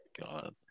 God